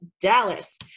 Dallas